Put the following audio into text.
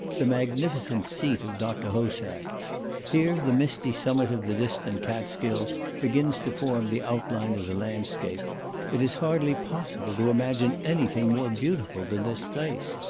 the magnificent seat of dr. hosack here the misty summit of the distant kaatskill begins to form the outline of the landscape it is hardly possible to imagine anything more beautiful than this place.